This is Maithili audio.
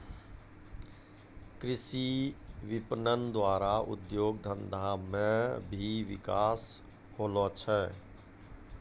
कृषि विपणन द्वारा उद्योग धंधा मे भी बिकास होलो छै